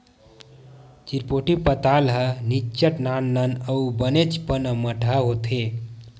चिरपोटी पताल ह निच्चट नान नान अउ बनेचपन अम्मटहा होथे